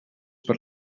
per